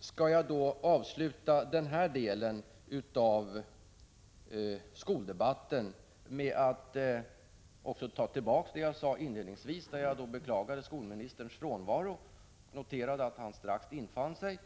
skall jag avsluta denna del av skoldebatten med att ta tillbaka det jag inledningsvis sade, när jag beklagade skolministerns frånvaro — jag noterade att han strax infann sig.